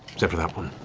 except for that one.